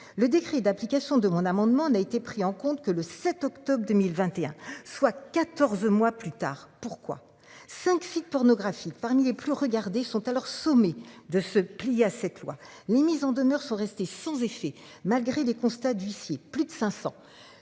Le décret d'application de mon amendement n'a été pris en compte que le 7 octobre 2021 soit 14 mois plus tard pourquoi 5 sites pornographiques parmi les plus regardées sont alors sommé de se plier à cette loi ni mise en demeure sont restées sans effet. Malgré des constats d'huissier. Plus de 500.